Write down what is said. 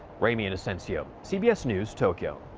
ramy inocencio, cbs news, tokyo.